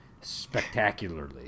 spectacularly